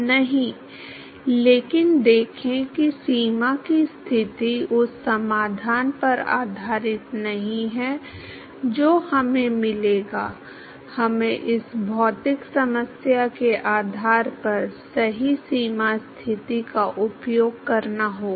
नहीं लेकिन देखें कि सीमा की स्थिति उस समाधान पर आधारित नहीं है जो हमें मिलेगा हमें इस भौतिक समस्या के आधार पर सही सीमा स्थिति का उपयोग करना होगा